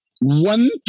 one